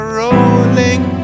rolling